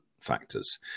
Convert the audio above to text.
factors